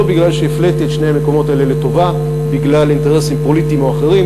לא שהפליתי את שני המקומות האלה לטובה בגלל אינטרסים פוליטיים או אחרים,